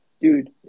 Dude